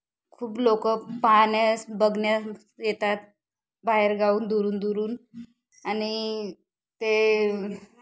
खूप लोकं पाहण्यास बघण्यास येतात बाहेर गावाहून दुरून दुरून आणि ते